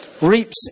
reaps